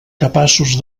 capaços